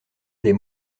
des